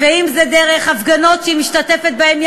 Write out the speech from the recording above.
ואם דרך הפגנות שהיא משתתפת בהן,